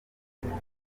umwami